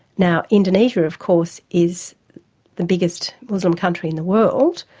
now indonesia of course is the biggest muslim country in the world,